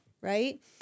right